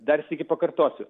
dar sykį pakartosiu